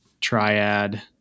triad